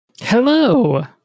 Hello